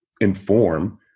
inform